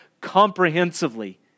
comprehensively